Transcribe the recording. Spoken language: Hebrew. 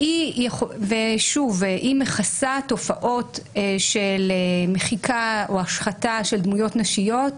והיא מכסה תופעות של מחיקת או השחתת דמויות נשיות,